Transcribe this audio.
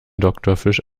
doktorfisch